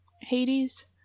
Hades